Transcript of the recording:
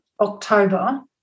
October